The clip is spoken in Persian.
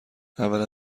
اولا